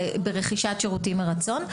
זה ברכישת שירותים מרצון.